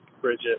Bridget